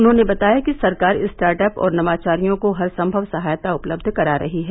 उन्होंने बताया कि सरकार स्टार्टअप और नवाचारियों को हर संभव सहायता उपलब्ध करा रही है